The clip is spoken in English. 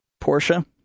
Porsche